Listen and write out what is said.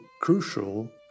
crucial